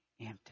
empty